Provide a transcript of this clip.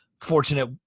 fortunate